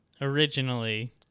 originally –